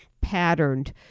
patterned